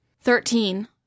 thirteen